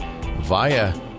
via